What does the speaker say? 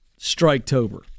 striketober